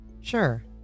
Sure